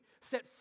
set